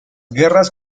guerras